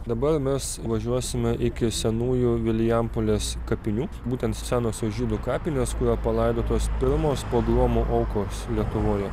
dabar mes važiuosime iki senųjų vilijampolės kapinių būtent senosios žydų kapinės kur yra palaidotos pirmos pogromo aukos lietuvoje